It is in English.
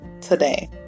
today